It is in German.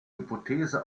hypothese